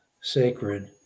sacred